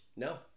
No